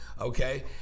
okay